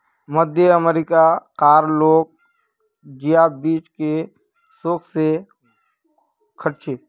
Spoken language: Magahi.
मध्य अमेरिका कार लोग जिया बीज के शौक से खार्चे